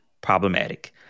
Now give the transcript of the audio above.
problematic